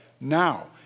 now